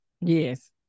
Yes